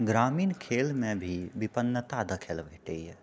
ग्रामीण खेलमे भी विप्पनता देखए लऽ भेटैए